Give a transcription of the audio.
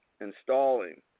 installing